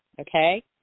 okay